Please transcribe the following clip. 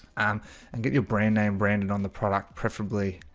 um and get your brand name branded on the product preferably